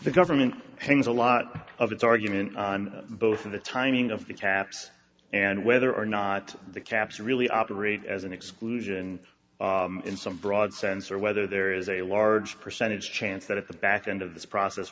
the government hangs a lot of its arguments on both of the timing of the caps and whether or not the caps really operate as an exclusion in some broad sense or whether there is a large percentage chance that at the back end of this process